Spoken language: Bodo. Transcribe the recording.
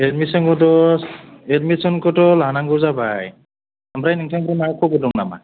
एडमिसिनखौथ' एडमिसिनखौथ' लानांगौ जाबाय ओमफ्राइ नोंथांजों माबा खबर दं नामा